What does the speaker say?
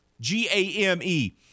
G-A-M-E